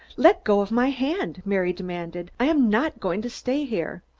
let go of my hand! mary demanded. i am not going to stay here.